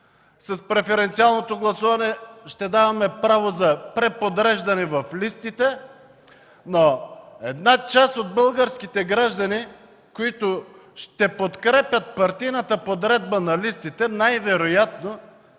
С преференциалното гласуване ще даваме право за преподреждане в листите, но част от българските граждани, които ще подкрепят партийната подредба на листите, най-вероятно